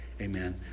amen